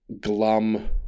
glum